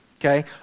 Okay